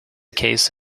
case